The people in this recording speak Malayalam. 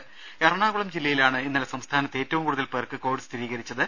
ദേദ എറണാകുളം ജില്ലയിലാണ് ഇന്നലെ സംസ്ഥാനത്ത് ഏറ്റവും കൂടുതൽ പേർക്ക് കോവിഡ് സ്ഥിരീകരിച്ചത്